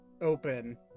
open